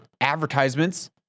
advertisements